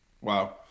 Wow